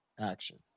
action